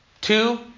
two